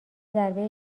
ضربه